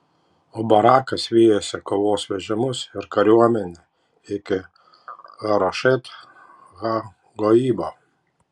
o barakas vijosi kovos vežimus ir kariuomenę iki harošet ha goimo